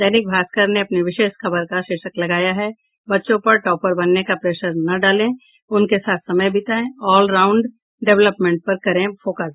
दैनिक भास्कर ने अपनी विशेष खबर का शीर्षक लगाया है बच्चों पर टॉपर बनने का प्रेशर न डालें उनके साथ समय बितायें ऑलराउंड डेवलपमेंट पर करें फोकस